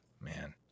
Man